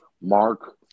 Mark –